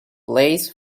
plays